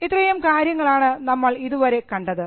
ഇത്രയും കാര്യങ്ങളാണ് നമ്മൾ ഇതുവരെ കണ്ടത്